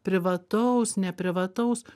privataus neprivataus